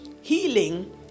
Healing